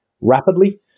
rapidly